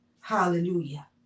Hallelujah